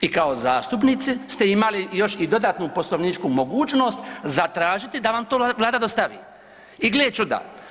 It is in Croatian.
I kao zastupnici ste imali još i dodatnu poslovničku mogućnost zatražiti da vam to Vlada dostavi i gle čuda.